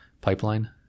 pipeline